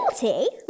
Guilty